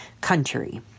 country